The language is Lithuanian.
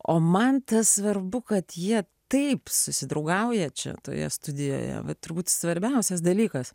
o man tas svarbu kad jie taip susidraugauja čia toje studijoje vat turbūt svarbiausias dalykas